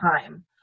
time